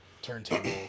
turntable